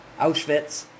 Auschwitz